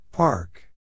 Park